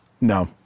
No